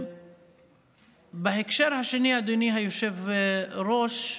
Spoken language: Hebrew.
בהקשר השני, אדוני היושב-ראש,